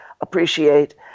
appreciate